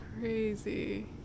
crazy